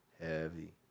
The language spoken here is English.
Heavy